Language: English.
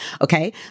Okay